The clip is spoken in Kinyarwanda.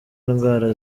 indwara